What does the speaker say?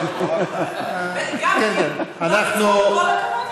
לגפני, לא בצחוק.